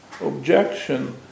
objection